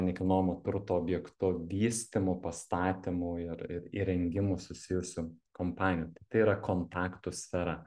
nekilnojamo turto objekto vystymu pastatymu ir ir įrengimu susijusių kompanijų tai yra kontaktų sfera